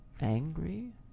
angry